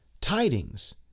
tidings